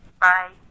bye